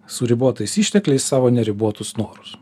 su ribotais ištekliais savo neribotus norus